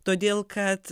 todėl kad